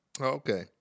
Okay